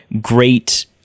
great